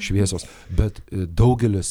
šviesos bet daugelis